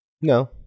No